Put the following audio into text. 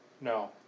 No